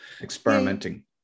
experimenting